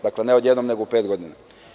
Dakle, ne odjednom nego u pet godina.